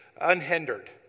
unhindered